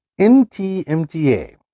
NTMTA